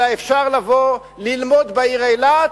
אלא אפשר לבוא וללמוד בעיר אילת,